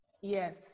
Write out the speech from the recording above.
Yes